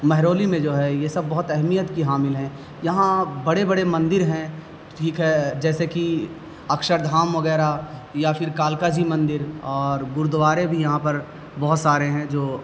مہرولی میں جو ہے یہ سب بہت اہمیت کی حامل ہیں یہاں بڑے بڑے مندر ہیں ٹھیک ہے جیسے کہ اکشردھام وغیرہ یا پھر کالکا جی مندر اور گرودوارے بھی یہاں پر بہت سارے ہیں جو